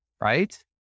Right